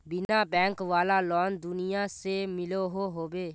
बिना बैंक वाला लोन कुनियाँ से मिलोहो होबे?